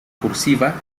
cursiva